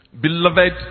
Beloved